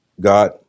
God